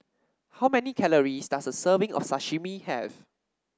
how many calories does a serving of Sashimi have